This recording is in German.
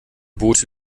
boote